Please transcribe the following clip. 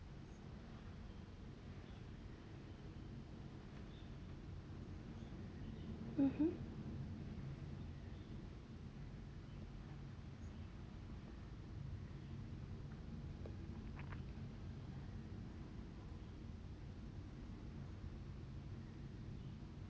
mmhmm